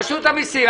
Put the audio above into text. רשות המסים.